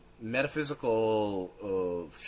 metaphysical